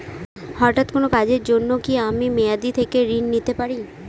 হঠাৎ কোন কাজের জন্য কি আমি মেয়াদী থেকে ঋণ নিতে পারি?